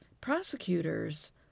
Prosecutors